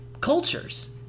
cultures